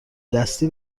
دستی